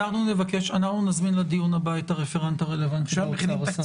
אנחנו נזמין לדיון הבא את הרפרנט הרלוונטי באוצר,